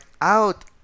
out